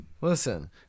Listen